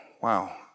wow